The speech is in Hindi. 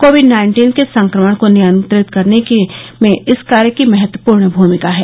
कोविड नाइन्टीन के संक्रमण को नियंत्रित करने में इस कार्य की महत्वपूर्ण भूमिका है